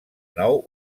nou